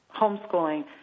homeschooling